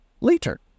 later